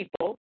people